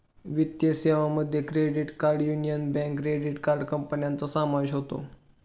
वित्तीय सेवांमध्ये credit card Union Bank credit card कंपन्यांचा समावेश होतो